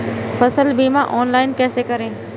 फसल बीमा ऑनलाइन कैसे करें?